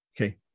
Okay